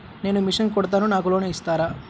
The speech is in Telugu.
నేను మిషన్ కుడతాను నాకు లోన్ ఇస్తారా?